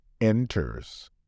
enters